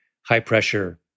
high-pressure